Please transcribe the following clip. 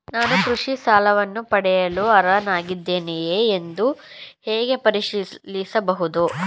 ನಾನು ಕೃಷಿ ಸಾಲವನ್ನು ಪಡೆಯಲು ಅರ್ಹನಾಗಿದ್ದೇನೆಯೇ ಎಂದು ಹೇಗೆ ಪರಿಶೀಲಿಸಬಹುದು?